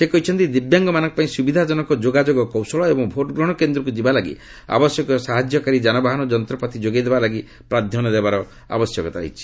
ସେ କହିଛନ୍ତି ଦିବ୍ୟାଙ୍ଗମାନଙ୍କ ପାଇଁ ସ୍ରବିଧା ଜନକ ଯୋଗାଯୋଗ କୌଶଳ ଏବଂ ଭୋଟ୍ଗ୍ରହଣ କେନ୍ଦ୍ରକ୍ ଯିବା ଲାଗି ଆବଶ୍ୟକୀୟ ସାହାଯ୍ୟକାରୀ ଜାନବାହନ ଓ ଯନ୍ତ୍ରପାତି ଯୋଗାଇ ଦେବା ଲାଗି ପ୍ରାଧାନ୍ୟ ଦେବାର ଆବଶ୍ୟକ ରହିଛି